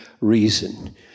reason